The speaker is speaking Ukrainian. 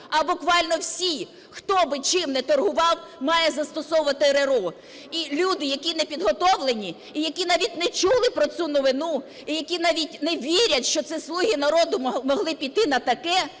а буквально всі. Хто б чим не торгував, має застосовувати РРО. І люди, які не підготовлені і які навіть не чули про цю новину, і які навіть не вірять, що це "Слуги народу" могли піти на таке.